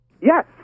Yes